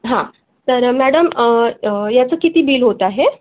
हां तर मॅडम याचं किती बिल होत आहे